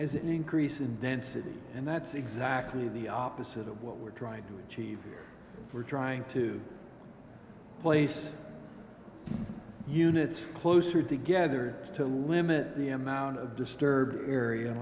as an increase in density and that's exactly the opposite of what we're trying to achieve we're trying to place units closer together to limit the amount of disturbed area